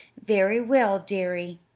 very well, dearie,